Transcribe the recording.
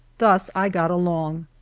thus i got along,